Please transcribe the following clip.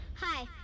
Hi